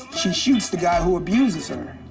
she shoots the guy who abuses her.